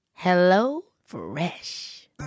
HelloFresh